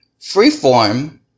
Freeform